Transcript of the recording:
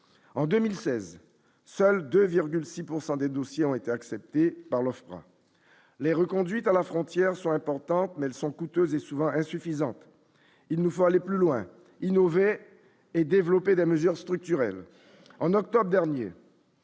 en 2016, seuls 2,6 pourcent des dossiers ont été acceptés par l'Ofpra, les reconduites à la frontière sont importantes, mais elles sont coûteuses et souvent il nous faut aller plus loin, innover et développer des mesures structurelles